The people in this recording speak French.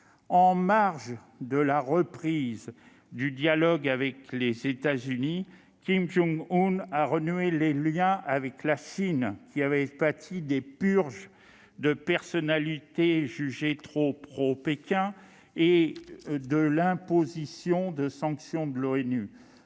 En marge de la reprise du dialogue avec les États-Unis, Kim Jong-un a renoué les liens avec la Chine, qui avaient pâti des purges de personnalités jugées trop pro-Pékin et de l'imposition des sanctions de